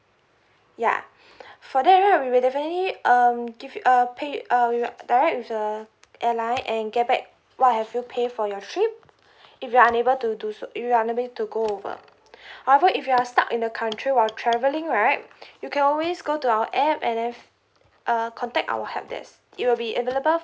yeah for that right we will definitely um give you err pay err we will direct with the airline and get back what have you pay for your trip if you are unable to do so if you unable to go over however if you are stuck in the country while traveling right you can always go to our app and then uh contact our help desk it will be available